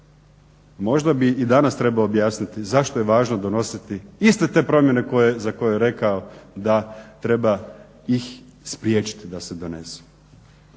Možda bi i danas trebao objasniti zašto je važno donositi iste te promjene za koje je rekao da treba ih spriječiti da se donesu.